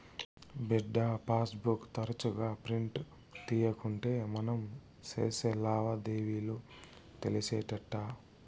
బిడ్డా, passbook తరచుగా print తీయకుంటే మనం సేసే లావాదేవీలు తెలిసేటెట్టా